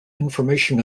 information